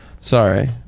Sorry